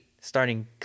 starting